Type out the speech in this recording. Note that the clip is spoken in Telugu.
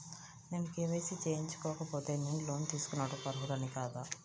నేను కే.వై.సి చేయించుకోకపోతే నేను లోన్ తీసుకొనుటకు అర్హుడని కాదా?